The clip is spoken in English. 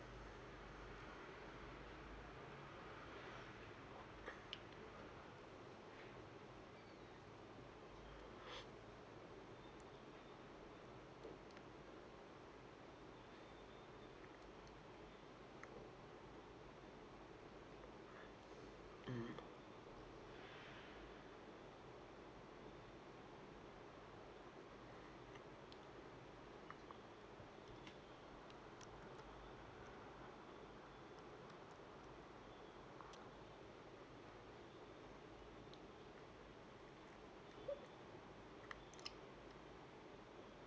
mm